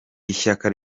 ishyaka